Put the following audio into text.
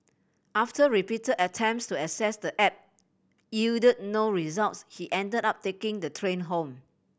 after repeated attempts to access the app yielded no results he ended up taking the train home